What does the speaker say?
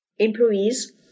employees